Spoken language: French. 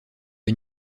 une